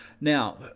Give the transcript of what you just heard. Now